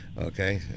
okay